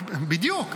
בדיוק.